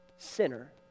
Sinner